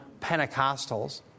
Pentecostals